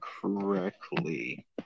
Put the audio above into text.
correctly